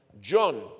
John